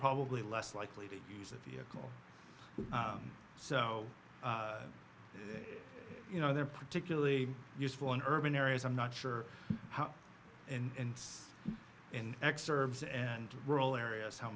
probably less likely to use a vehicle so you know they're particularly useful in urban areas i'm not sure how in x serves and rural areas how